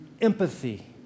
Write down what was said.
empathy